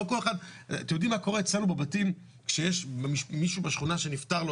אתם יודעים מה קורה אצלנו בבתים שיש מישהו בשכונה שנפטר?